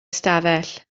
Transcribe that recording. ystafell